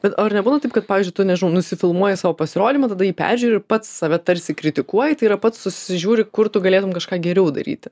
bet ar nebūna taip kad pavyzdžiui tu nežnau nusifilmuoji savo pasirodymą tada jį peržiūri ir pats save tarsi kritikuoji tai yra pats susižiūri kur tu galėtum kažką geriau daryti